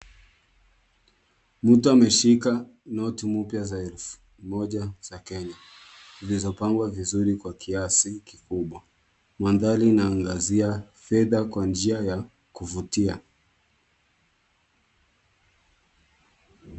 Mtu ameshika noti mpya za shilingi elfu moja za Kenya, zilizopangwa vizuri kwa kiasi kikubwa. Mandhari inaangazia fedha kwa njia ya kuvutia.